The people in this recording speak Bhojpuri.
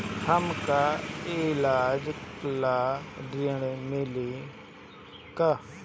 हमका ईलाज ला ऋण मिली का?